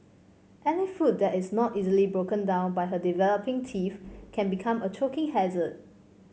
any food that is not easily broken down by her developing teeth can become a choking hazard